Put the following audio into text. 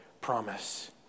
promise